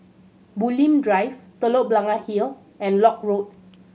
Bulim Drive Telok Blangah Hill and Lock Road